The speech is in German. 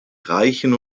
reichen